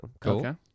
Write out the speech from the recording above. Cool